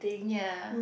ya